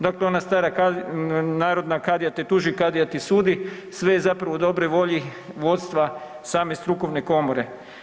Dakle, ona stara narodna kadija te tuži, kadija te sudi, sve je zapravo u dobroj volji vodstva same strukovne komore.